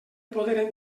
poder